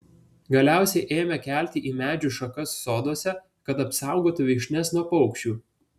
galiausiai ėmė kelti į medžių šakas soduose kad apsaugotų vyšnias nuo paukščių